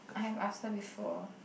I have asked her before